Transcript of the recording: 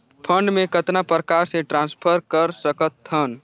Fund मे कतना प्रकार से ट्रांसफर कर सकत हन?